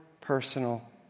personal